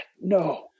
no